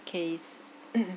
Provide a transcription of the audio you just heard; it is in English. case